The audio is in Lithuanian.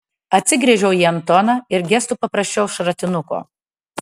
atsigręžiau į antoną ir gestu paprašiau šratinuko